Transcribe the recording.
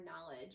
knowledge